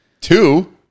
Two